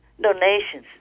donations